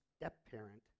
step-parent